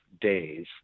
days